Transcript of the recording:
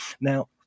now